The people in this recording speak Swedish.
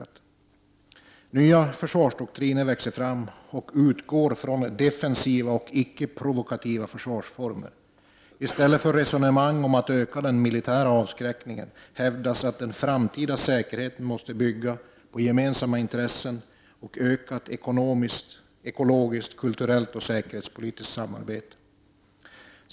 Nya försvarsdoktriner växer fram och utgår från defensiva och icke-provokativa försvarsformer. I stället för att föra resonemang om att öka den militära avskräckningen hävdar man att den framtida säkerheten måste bygga på gemensamma intressen och ökat ekonomiskt, ekologiskt, kulturellt och säkerhetspolitiskt samarbete.